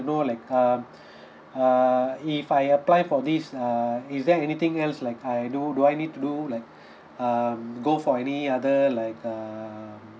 to know like um uh if I apply for this err is there anything else like err you know do I need to do like um go for any other like um